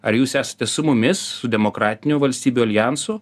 ar jūs esate su mumis su demokratinių valstybių aljansu